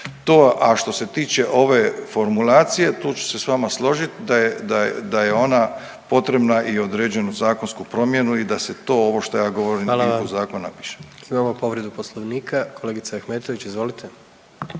a što se tiče ove formulacije tu ću se s vama složit da je, da je, da je ona potrebna i određenu zakonsku promjenu i da se to ovo što ja govorim …/Upadica: